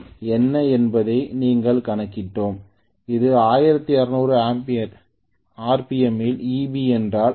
எனவே நான் உருவாக்கிய மின்னழுத்தத்தைப் பெற முடியும் 1200 ஆர்பிஎம்மில் Eb என்ன என்பதை நாங்கள் கணக்கிட்டோம்